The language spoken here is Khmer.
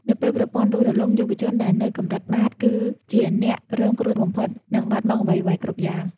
នៅពេលប្រព័ន្ធដួលរលំ យុវជនដែលនៅកម្រិតបាត គឺជាអ្នករងគ្រោះបំផុត និងបាត់បង់អ្វីៗគ្រប់យ៉ាង។